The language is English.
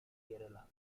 kerala